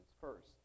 first